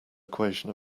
equation